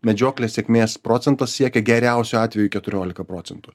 medžioklės sėkmės procentas siekia geriausiu atveju keturioliką procentų